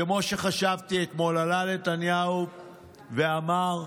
כמו שחשבתי, אתמול עלה נתניהו ואמר: